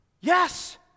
Yes